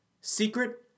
secret